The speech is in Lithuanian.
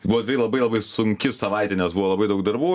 buvo tai labai labai sunki savaitė nes buvo labai daug darbų